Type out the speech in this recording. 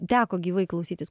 teko gyvai klausytis